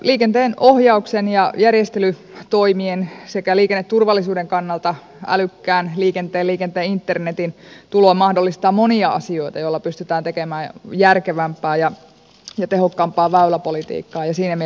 liikenteen ohjauksen ja järjestelytoimien sekä liikenneturvallisuuden kannalta älykkään liikenteen liikenteen internetin tulo mahdollistaa monia asioita joilla pystytään tekemään järkevämpää ja tehokkaampaa väyläpolitiikkaa